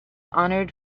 honored